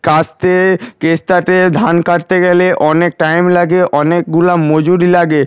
কাস্তে কাস্তেতে ধান কাটতে গেলে অনেক টাইম লাগে অনেকগুলো মজুরি লাগে